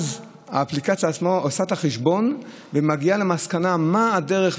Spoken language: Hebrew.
האפליקציה עצמה עושה את החשבון ומגיעה למסקנה מהי הדרך,